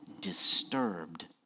disturbed